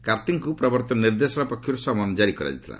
କାର୍ତ୍ତିଙ୍କୁ ପ୍ରବର୍ତ୍ତନ ନିର୍ଦ୍ଦେଶାଳୟ ପକ୍ଷରୁ ସମନ ଜାରି କରାଯାଇଥିଲା